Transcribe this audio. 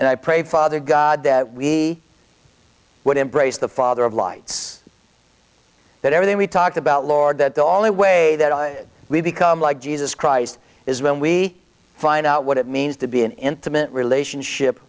and i pray father god that we would embrace the father of lights that everything we talked about lord that the only way that we become like jesus christ is when we find out what it means to be an intimate relationship